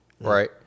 Right